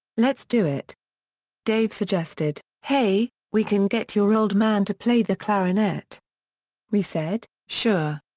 let's do it dave suggested, hey, we can get your old man to play the clarinet we said, sure.